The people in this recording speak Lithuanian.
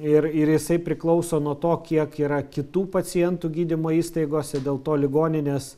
ir ir jisai priklauso nuo to kiek yra kitų pacientų gydymo įstaigose dėl to ligoninės